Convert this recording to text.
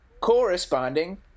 Corresponding